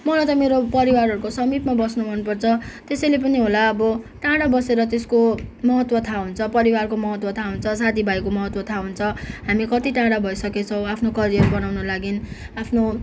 मलाई त मेरो परिवारहरू को समीपमा बस्नु मनपर्छ त्यसैले पनी होला अब टाढा बसेर त्यसको महत्व थाहा हुन्छ परिवारको महत्व थाहा हुन्छ साथी भाइको महत्व थाहा हुन्छ हामी कति टाढा भइसकेछौँ आफनो करियर बनाउन लागि आफ्नो